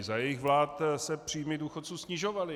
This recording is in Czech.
Za jejich vlád se příjmy důchodců snižovaly.